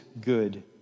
good